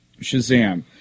Shazam